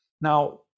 Now